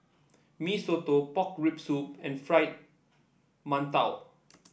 Mee Soto Pork Rib Soup and Fried Mantou